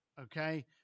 Okay